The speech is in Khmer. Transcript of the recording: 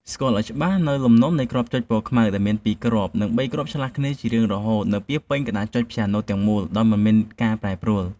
ស្គាល់ឱ្យច្បាស់នូវលំនាំនៃគ្រាប់ចុចពណ៌ខ្មៅដែលមានពីរគ្រាប់ និងបីគ្រាប់ឆ្លាស់គ្នាជារៀងរហូតនៅពាសពេញក្តារចុចព្យ៉ាណូទាំងមូលដោយមិនមានការប្រែប្រួល។